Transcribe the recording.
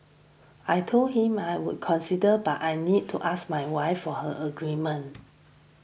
I told him I would consider but I need to ask my wife for her agreement